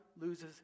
loses